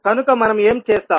కనుక మనం ఏం చేస్తాం